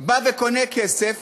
בא וקונה כסף